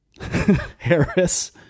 Harris